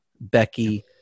Becky